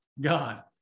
God